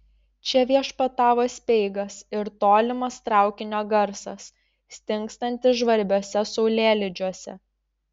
čia viešpatavo speigas ir tolimas traukinio garsas stingstantis žvarbiuose saulėlydžiuose